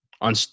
on